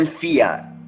fear